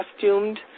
costumed